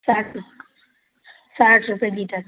साठ साठ रुपए लीटर